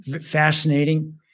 fascinating